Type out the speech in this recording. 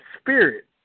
spirit